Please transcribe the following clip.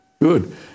Good